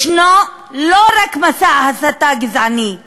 יש לא רק מסע הסתה גזעני,